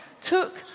took